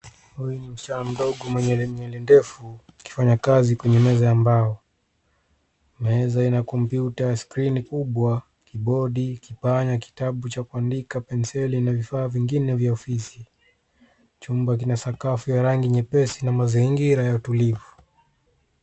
Huyu ni msichana mdogo mwenye nywele ndefu akifanya kazi kwenye meza ya mbao. Meza ina kompyuta, skreeni kubwa, kibodi, kipanya, kitabu cha kuandika, penseli na vifaa vingine vya ofisi. Chumba kina sakafu ya rangi nyepesi na mazingira ya utulivu.